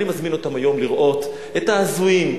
אני מזמין אותם היום לראות את ההזויים,